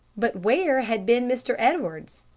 but where had been mr. edwards,